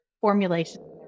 formulation